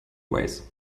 ways